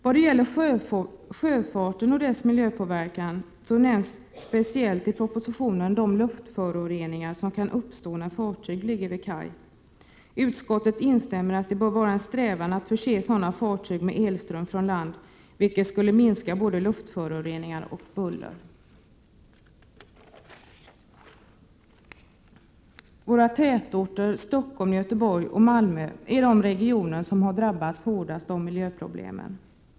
Vad gäller sjöfarten och dess miljöpåverkan nämns speciellt i propositionen de luftföroreningar som kan uppstå när fartyg ligger vid kaj. Utskottet instämmer i att det bör vara en strävan att förse sådana fartyg med elström från land, vilket skulle minska både luftföroreningarna och bullret. Våra tätorter Stockholm, Göteborg och Malmö är de regioner som har drabbats hårdast av miljöproblemen.